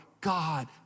God